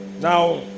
Now